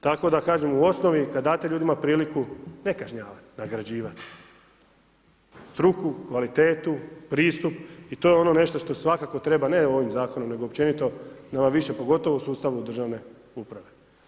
Tako da kažem, u osnovni kada date ljudima priliku, ne kažnjavati, nagrađivati, struku, kvalitetu, pristup i to je ono što svakako treba, ne ovim zakonom, nego općenito, nego ovim više, pogotovo u sustavu državne uprave.